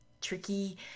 tricky